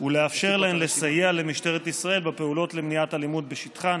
ולאפשר להן לסייע למשטרת ישראל בפעולות למניעת אלימות בשטחן.